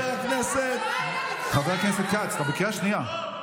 חבר הכנסת כץ, אתה בקריאה שנייה.